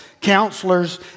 counselors